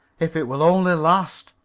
if it will only last,